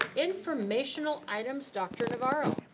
informational items. dr. navarro.